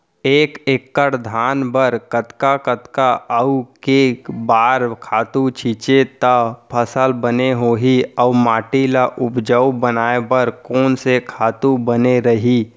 एक एक्कड़ धान बर कतका कतका अऊ के बार खातू छिंचे त फसल बने होही अऊ माटी ल उपजाऊ बनाए बर कोन से खातू बने रही?